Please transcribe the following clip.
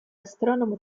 astronomo